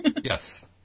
Yes